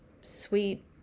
sweet